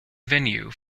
venue